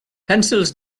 pencils